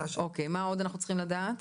אוקיי, מה עוד אנחנו צריכים לדעת?